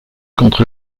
contre